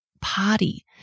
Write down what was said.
party